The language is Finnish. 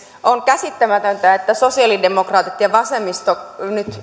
on käsittämätöntä että sosiaalidemokraatit ja vasemmisto